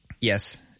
yes